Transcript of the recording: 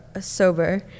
sober